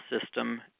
system